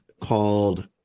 called